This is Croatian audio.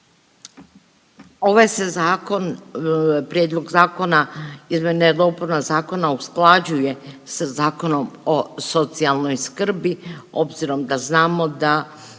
Ovaj se zakon, prijedlog zakona izmjena i dopuna zakona usklađuje sa Zakonom o socijalnoj skrbi obzirom da znamo da